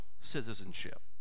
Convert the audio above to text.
citizenship